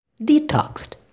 detoxed